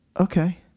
okay